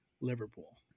Liverpool